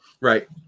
right